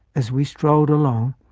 as we strolled along,